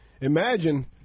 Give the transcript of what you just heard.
Imagine